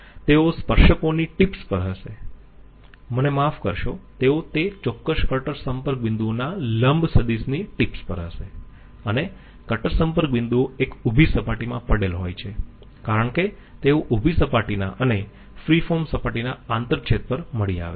તેઓ સ્પર્શકો ની ટિપ્સ પર હશે મને માફ કરશો તેઓ તે ચોક્કસ કટર સંપર્ક બિંદુઓના લંબ સદિશ ની ટિપ્સ પર હશે અને કટર સંપર્ક બિંદુઓ એક ઉભી સપાટીમાં પડેલ હોય છે કારણ કે તેઓ ઉભી સપાટીના અને ફ્રી ફોર્મ સપાટીના આંતરછેદ પર મળી આવે છે